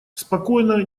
спокойно